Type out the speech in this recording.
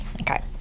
Okay